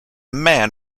man